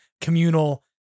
communal